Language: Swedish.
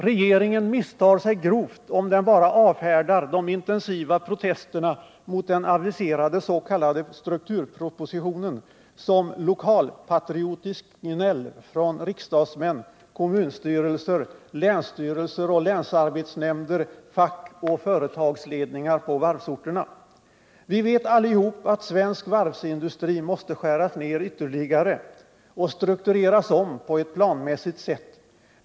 Regeringen misstar sig grovt om den bara avfärdar de intensiva protesterna mot den aviserade så kallade strukturpropositionen som ”lokalpatriotiskt gnäll” från riksdagsmän, kommunstyrelser, länsstyrelser och länsarbetsnämnder, fack och företagsledningar på varvsorterna. Vi vet allihop att svensk varvsindustri måste skäras ner ytterligare och struktureras om på ett planmässigt sätt.